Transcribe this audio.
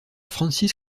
francis